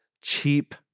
cheap